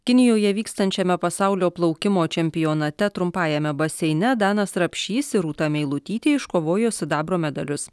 kinijoje vykstančiame pasaulio plaukimo čempionate trumpajame baseine danas rapšys ir rūta meilutytė iškovojo sidabro medalius